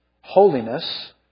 holiness